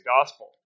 gospel